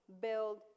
build